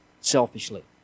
selfishly